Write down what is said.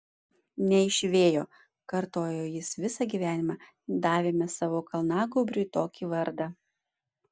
ne iš vėjo kartojo jis visą gyvenimą davėme savo kalnagūbriui tokį vardą